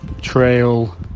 trail